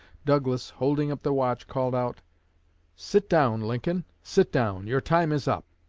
douglas, holding up the watch, called out sit down, lincoln, sit down! your time is up